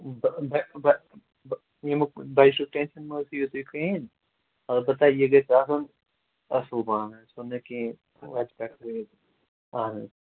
ییٚمیُک بَجٹُس ٹینشَن مہ حظ ہیٚیو تُہۍ کِہیٖنۍ البتہ یہِ گژھِ آسُن اَصٕل پہنَس ہُہ نہٕ کِہیٖنۍ وَتہِ پٮ۪ٹھ بیٚیہِ اَہَن حظ